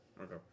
Okay